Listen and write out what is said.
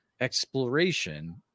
exploration